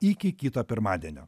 iki kito pirmadienio